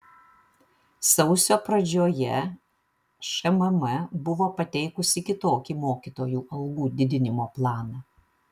sausio pradžioje šmm buvo pateikusi kitokį mokytojų algų didinimo planą